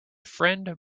friend